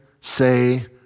say